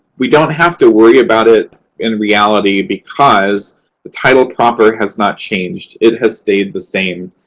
we don't have to worry about it in reality, because the title proper has not changed. it has stayed the same.